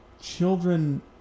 children